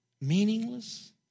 Meaningless